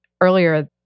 Earlier